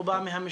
הוא בא מהמשטרה,